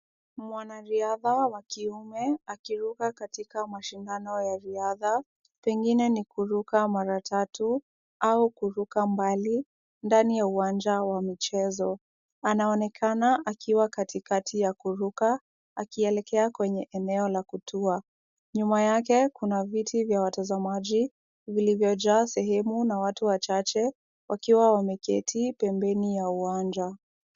Mwanariadha wa kiume akiruka katika mashindano ya riadha, pengine ni kuruka mara tatu au kuruka mbali ndani ya uwanja wa michezo. Anaonekana akiwa katikati ya kuruka akielekea kwenye eneo la kutua. Nyuma yake kuna viti vya watazamaji vilivyojaa sehemu na watu wachache wakiwa wameketi pembeni ya uwanja.